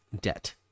Debt